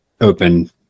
open